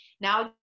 Now